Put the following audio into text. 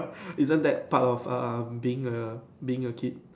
isn't that part of um being a being a kid